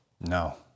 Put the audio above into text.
No